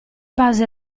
base